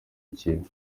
ikibi